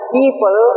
people